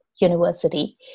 university